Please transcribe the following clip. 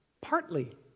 partly